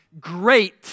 great